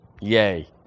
Yay